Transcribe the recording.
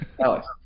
Alex